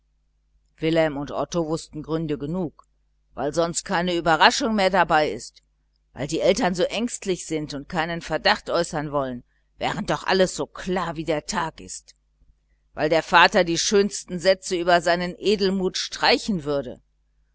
wilhelm und otto wußten gründe genug weil sonst keine überraschung mehr dabei ist weil die eltern so ängstlich sind und keinen verdacht äußern wollen während doch alles so klar wie der tag ist weil der vater die schönsten sätze über seinen edelmut streichen würde